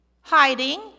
Hiding